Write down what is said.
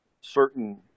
certain